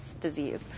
disease